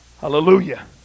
Hallelujah